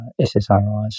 SSRIs